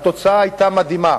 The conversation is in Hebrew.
התוצאה היתה מדהימה: